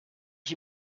ich